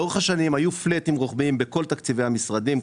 לאורך השנים היו פלטים רוחביים בכל תקציבי המשרדים,